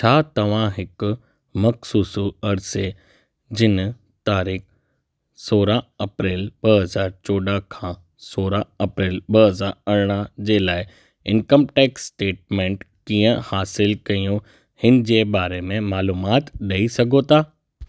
छा तव्हां हिकु मखसूसु अर्से जिनि तारीख़ सोरहां अप्रैल ॿ हज़ार चोॾहां खां सोरहां अप्रैल ॿ हज़ार अरिड़हां जे लाइ इन्कम टैक्स स्टेटमेंट कीअं हासिलु कयूं हिन जे बारे में मालूमात ॾेई सघो था